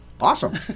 Awesome